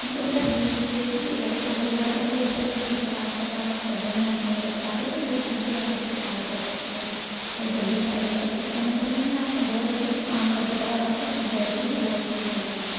मतलब ये चीज है कि लैपटॉप वगैरह का भी ऐसे अगर होता है आप का पास सडनली आप नहीं कर पा रहे हो तो वो चीज भी आप उससे चार्ज कर सकते हो बहुत जल्दी चार्ज कर लेता है कम समय में आपका बहुत अच्छे से काम कर देता है और आपका बैटरी भी बहुत अच्छी चलती है